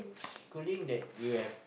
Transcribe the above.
schooling that you have